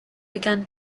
began